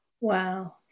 Wow